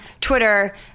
Twitter